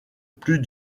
plus